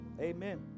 Amen